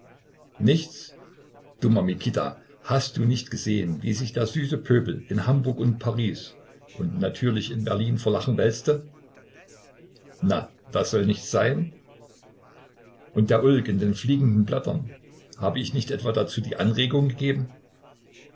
nichts dummer mikita hast du nicht gesehen wie sich der süße pöbel in hamburg und in paris und natürlich in berlin vor lachen wälzte na das soll nichts sein und der ulk in den fliegenden blättern hab ich nicht etwa dazu die anregung gegeben